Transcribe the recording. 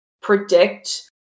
predict